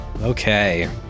Okay